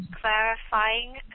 clarifying